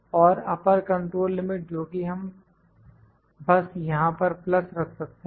और upper control limit जोकि हम बस यहां पर प्लस रख सकते हैं